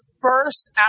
first